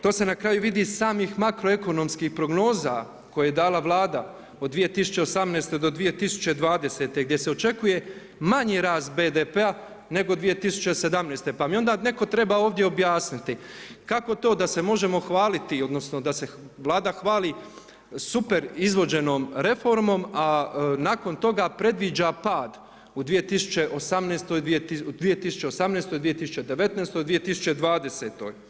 To se na kraju vidi iz samih makroekonomskih prognoza koje je dala Vlada od 2018.-2020. gdje se očekuje manji rast BDP-a nego 2017. pa mi onda netko treba ovdje objasniti, kako to da se možemo hvaliti, odnosno da se Vlada hvali super izvođenom reformom, a nakon toga predviđa pad u 2018., 2019., 2020.